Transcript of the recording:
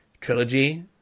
trilogy